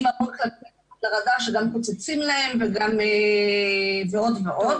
המון כלבים מתחת לרדאר שגם קוצצים להם ועוד ועוד.